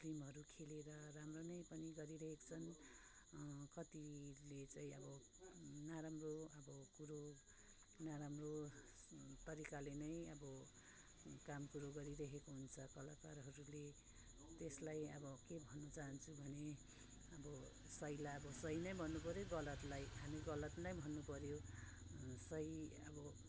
फिल्महरू खेलेर राम्रो नै पनि गरिरेहेको छन् कतिले चाहिँ अब नराम्रो अब कुरो नराम्रो तरिकाले नै अब काम कुरो गरिरहेको हुन्छ कलाकारहरूले त्यसलाई अब के भन्न चाहन्छु भने अब सहीलाई अब सही नै भन्नुपर्यो गलतलाई हामी गलत नै भन्नुपर्यो सही अब